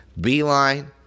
Beeline